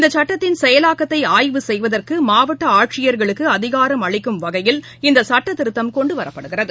இந்தசட்டத்தின் செயலாக்கத்தைஆய்வு செய்வதற்குமாவட்டஆட்சியர்களுக்குஅதிகாரம் அளிக்கும் வகையில் இந்தசுட்டதிருத்தமத் கொண்டுவரப்படுகிறது